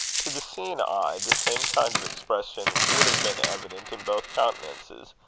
to the seeing eye, the same kind of expression would have been evident in both countenances,